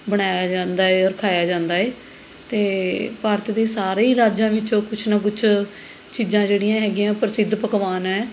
ਬਣਾਇਆ ਜਾਂਦਾ ਏ ਔਰ ਖਾਇਆ ਜਾਂਦਾ ਏ ਅਤੇ ਭਾਰਤ ਦੇ ਸਾਰੇ ਹੀ ਰਾਜਾਂ ਵਿੱਚੋਂ ਕੁਛ ਨਾ ਕੁਛ ਚੀਜ਼ਾਂ ਜਿਹੜੀਆਂ ਹੈਗੀਆਂ ਪ੍ਰਸਿੱਧ ਪਕਵਾਨ ਹੈ